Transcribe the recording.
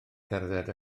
cerdded